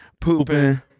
pooping